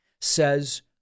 says